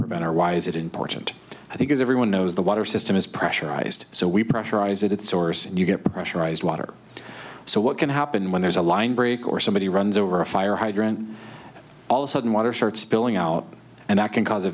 prevent or why is it important i think as everyone knows the water system is pressurized so we pressurize it at source and you get pressurized water so what can happen when there's a line break or somebody runs over a fire hydrant all a sudden water starts spilling out and that can cause a